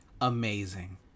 Amazing